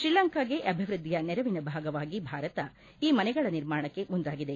ಶ್ರೀಲಂಕಾಗೆ ಅಭಿವ್ಯದ್ದಿಯ ನೆರವಿನ ಭಾಗವಾಗಿ ಭಾರತ ಈ ಮನೆಗಳ ನಿರ್ಮಾಣಕ್ಕೆ ಮುಂದಾಗಿದೆ